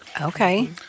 Okay